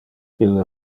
ille